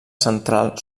central